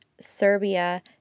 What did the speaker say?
Serbia